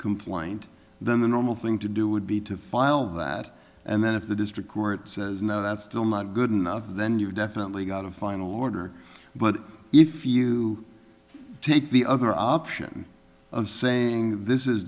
complaint then the normal thing to do would be to file that and then if the district court says no that's still not good enough then you definitely got a final order but if you take the other option of saying this is